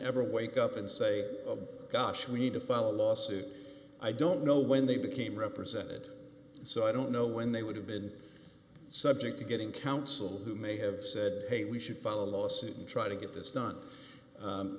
ever wake up and say gosh we need to file a lawsuit i don't know when they became represented so i don't know when they would have been subject to getting counsel who may have said hey we should follow a lawsuit and try to get this done